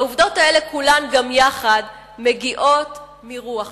העובדות האלה, כולן גם יחד, מגיעות מרוח מסוימת,